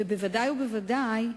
ודאי וודאי,